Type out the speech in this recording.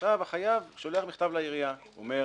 החייב שולח מכתב לעירייה, הוא אומר: